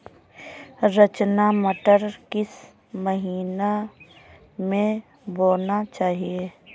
रचना मटर किस महीना में बोना चाहिए?